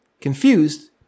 confused